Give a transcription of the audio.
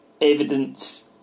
evidence